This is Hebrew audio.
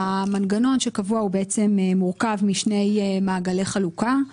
המנגנון שקבוע מורכב משני מעגלי חלוקה.